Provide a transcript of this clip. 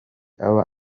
aba